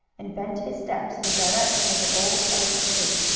and bent his steps in the direction of the old oak tree.